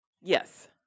Yes